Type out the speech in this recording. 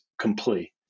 Complete